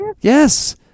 Yes